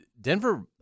Denver –